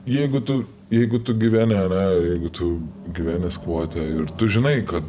jeigu tu jeigu tu gyveni ane jeigu tu gyveni skvote ir tu žinai kad